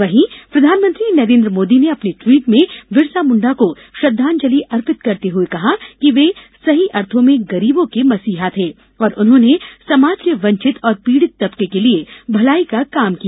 वहीं प्रधानमंत्री नरेन्द्र मोदी ने अपने ट्वीट में बिरसामुण्डा को श्रद्धांजलि अर्पित करते हुए कहा की वे सही अर्थो में गरीबों के मसीहा थे और उन्होंने समाज के वंचित और पीढ़ित तबके के लिये भलाई का काम किया